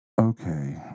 Okay